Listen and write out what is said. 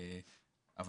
אבל,